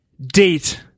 date